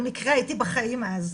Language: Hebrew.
במקרה הייתי בחיים אז,